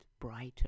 brighter